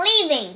leaving